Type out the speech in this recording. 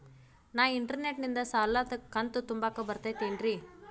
ನಾ ಇಂಟರ್ನೆಟ್ ನಿಂದ ಸಾಲದ ಕಂತು ತುಂಬಾಕ್ ಬರತೈತೇನ್ರೇ?